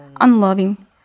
unloving